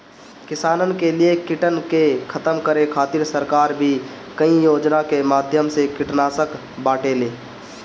किसानन के लिए कीटन के खतम करे खातिर सरकार भी कई योजना के माध्यम से कीटनाशक बांटेले